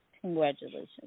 Congratulations